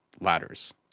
ladders